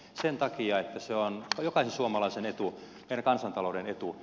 sen takia että se on jokaisen suomalaisen etu meidän kansantalouden etu